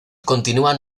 continúan